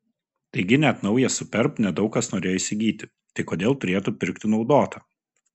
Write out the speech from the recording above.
taigi net naują superb ne daug kas norėjo įsigyti tai kodėl turėtų pirkti naudotą